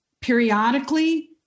periodically